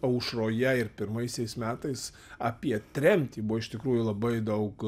aušroje ir pirmaisiais metais apie tremtį buvo iš tikrųjų labai daug